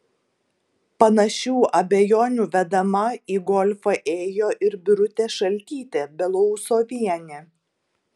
panašių abejonių vedama į golfą ėjo ir birutė šaltytė belousovienė